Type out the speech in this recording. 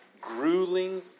grueling